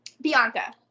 bianca